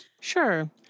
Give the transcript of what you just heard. Sure